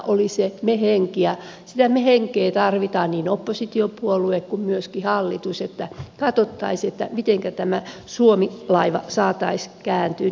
oli se me henki ja sitä me henkeä tarvitaan niin oppositiopuolueet kuin myöskin hallitus että katsottaisiin mitenkä tämä suomi laiva saataisiin kääntymään